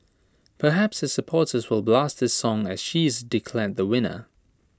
perhaps her supporters will blast this song as she is declared the winner